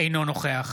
אינו נוכח